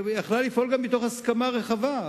והיתה יכולה לפעול גם מתוך הסכמה רחבה.